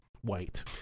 white